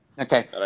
Okay